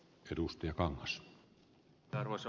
arvoisa puhemies